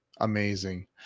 Amazing